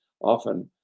often